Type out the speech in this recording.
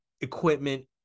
equipment